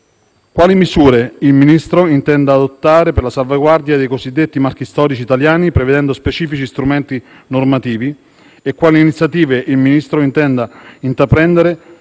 quali misure il Ministro intenda adottare per la salvaguardia dei cosiddetti marchi storici italiani, prevedendo specifici strumenti normativi, e quali iniziative il Ministro intenda intraprendere